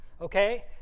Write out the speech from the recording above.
okay